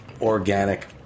organic